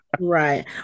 Right